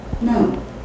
No